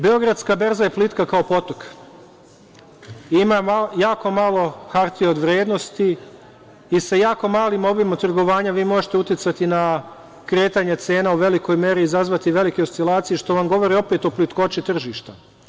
Beogradska berza je plitka kao potok i ima jako malo hartija od vrednosti, i sa jako malim obimom trgovanja vi možete uticati na kretanje cena i u velikoj meri izazvati velike oscilacije, što vam govori opet o plitkoći tržišta.